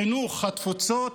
חינוך התפוצות.